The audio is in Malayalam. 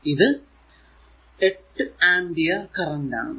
ഇത് 8 ആമ്പിയർ കറന്റ് ആണ്